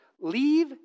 Leave